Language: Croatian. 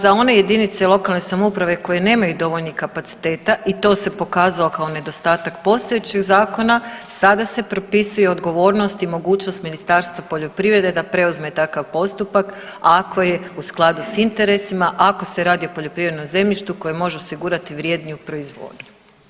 Za one jedinice lokalne samouprave koje nemaju dovoljnih kapaciteta i to se pokazalo kao nedostatak postojećeg zakona sada se propisuje odgovornost i mogućnost Ministarstva poljoprivrede da preuzme takav postupak ako je u skladu sa interesima, ako se radi o poljoprivrednom zemljištu koje može osigurati vredniju proizvodnju.